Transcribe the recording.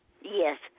Yes